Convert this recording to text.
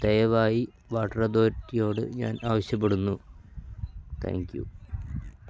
ദയവായി വാട്ടർ അതോരിറ്റിയോട് ഞാൻ ആവശ്യപ്പെടുന്നു താങ്ക് യൂ